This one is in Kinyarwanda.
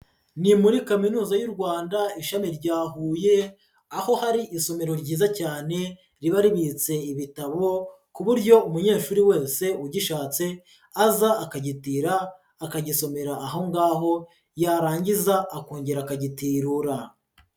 Ni muri kaminuza y'u Rwanda ishami rya Huye, aho hari isomero ryiza cyane riba ribitse ibitabo, ku buryo umunyeshuri wese ugishatse aza akagitira akagisomera aho ngaho, yarangiza akongera akagitirura.